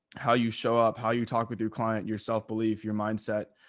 how you show up, how you talk with your client, your self belief, your mindset,